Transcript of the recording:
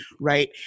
right